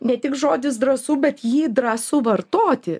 ne tik žodis drąsu bet jį drąsu vartoti